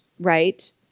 right